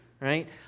right